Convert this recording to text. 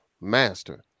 Master